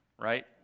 right